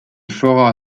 fera